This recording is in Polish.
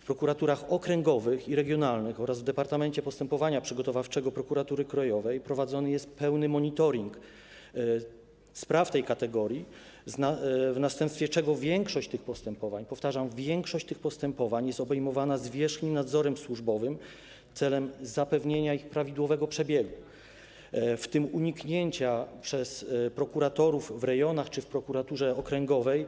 W prokuraturach okręgowych i regionalnych oraz w Departamencie Postępowania Przygotowawczego Prokuratury Krajowej prowadzony jest pełny monitoring spraw tej kategorii, w następstwie czego większość tych postępowań - powtarzam: większość tych postępowań - jest obejmowana zwierzchnim nadzorem służbowym celem zapewnienia ich prawidłowego przebiegu, w tym uniknięcia przez prokuratorów w rejonach czy w prokuraturze okręgowej